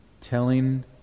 Telling